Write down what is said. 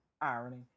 irony